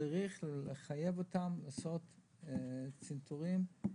צריך לחייב אותם לעשות צנתורים באילת.